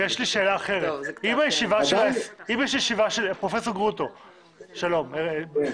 אם יש ישיבה עםך 50 אנשים